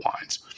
wines